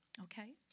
Okay